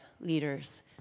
leaders